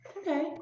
Okay